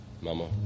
Mama